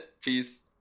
Peace